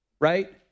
right